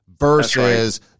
Versus